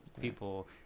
people